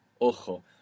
Ojo